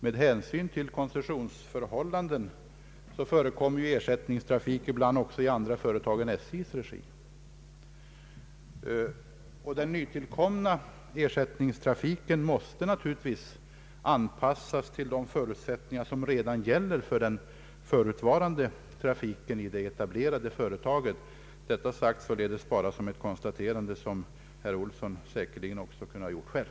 Med hänsyn till koncessionsförhållanden förekommer ju ersättningstrafik ibland också vid andra företag än i SJ:s regi. Den nytillkomna ersättningstrafiken måste naturligtvis anpassas till de förutsättningar som redan gäller för den förutvarande trafiken i det etablerade företaget — detta sagt bara som ett konstaterande som herr Olsson säkerligen också kunnat göra själv.